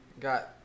got